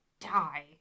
die